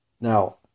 Now